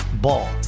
Ball